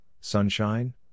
sunshine